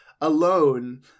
alone